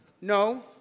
No